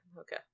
okay